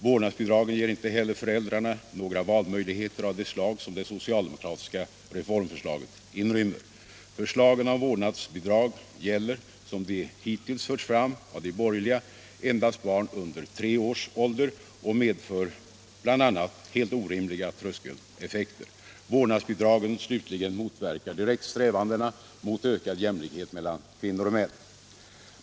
— Vårdnadsbidraget ger inte heller föräldrarna några valmöjligheter av det slag som det socialdemokratiska reformförslaget inrymmer. —- Förslagen om vårdnadsbidrag gäller som de hittills förts fram av de borgerliga endast barn under tre års ålder och medför bl.a. helt orimliga tröskeleffekter. —- Vårdnadsbidragen motverkar slutligen direkt strävandena mot ökad jämlikhet mellan kvinnor och män.